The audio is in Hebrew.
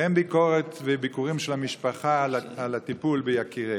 ואין ביקורת של בני המשפחה על הטיפול ביקיריהם.